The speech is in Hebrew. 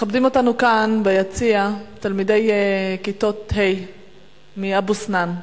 מכבדים אותנו כאן ביציע תלמידי כיתות ה' מאבו-סנאן.